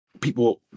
people